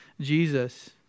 Jesus